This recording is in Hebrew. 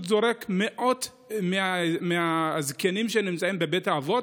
זורק מאות מהזקנים שנמצאים בבית האבות,